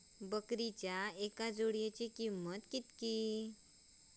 बकरीच्या एका जोडयेची किंमत किती?